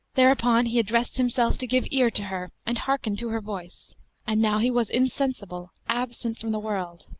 thereupon he addressed himself to give ear to her and hearken to her voice and now he was insensible, absent from the world,